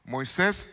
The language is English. Moisés